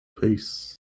peace